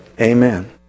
Amen